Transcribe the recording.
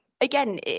again